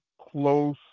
close